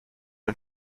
und